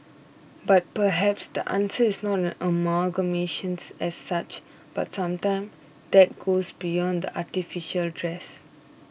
but perhaps the answer is not an amalgamations as such but sometime that goes beyond the artificial dress